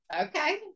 Okay